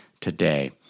today